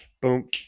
boom